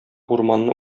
урманны